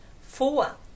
four